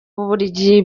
bubiligi